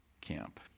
camp